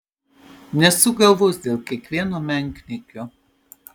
nesuk galvos dėl kiekvieno menkniekio